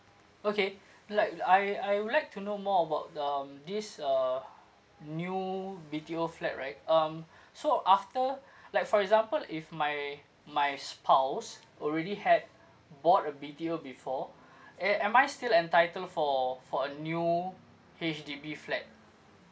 okay like I I would like to know more about um this uh new B_T_O flat right um so after like for example if my my spouse already had bought a B_T_O before a~ am I still entitled for for a new H_D_B flat